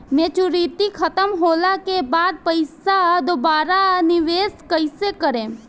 Maturity खतम होला के बाद पईसा दोबारा निवेश कइसे करेम?